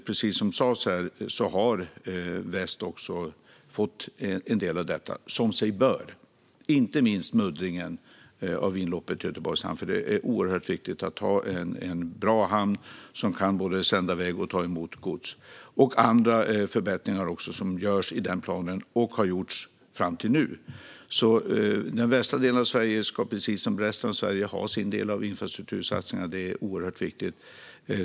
Precis som sas här har väst också fått en del av detta, som sig bör, inte minst muddringen av inloppet till Göteborgs hamn. Det är oerhört viktigt att ha en bra hamn som kan både sända iväg och ta emot gods. Det görs också andra förbättringar i planen, och det har gjorts mycket fram till nu. Den västra delen av Sverige ska, precis som resten av Sverige, ha sin del av infrastruktursatsningarna. Det är oerhört viktigt.